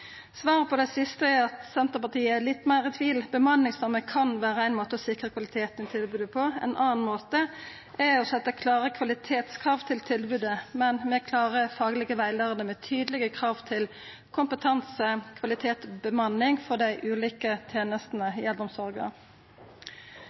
Svaret på det siste er at Senterpartiet er litt meir i tvil. Bemanningsnorm kan vera ein måte å sikra kvaliteten i tilbodet på. Ein annan måte er å setja klare kvalitetskrav til tilbodet, men med klar fagleg rettleiing og med tydelege krav til kompetanse, kvalitet og bemanning for dei ulike tenestene